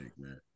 man